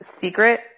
secret